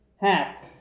hat